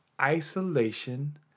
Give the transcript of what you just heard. isolation